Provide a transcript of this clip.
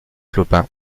clopin